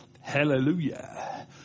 hallelujah